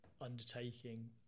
undertaking